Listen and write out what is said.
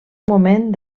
moment